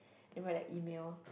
then write their email